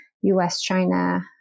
US-China